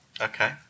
Okay